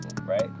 right